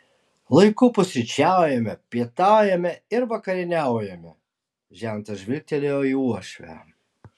laiku pusryčiaujame pietaujame ir vakarieniaujame žentas žvilgtelėjo į uošvę